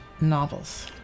novels